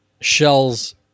Shell's